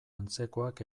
antzekoak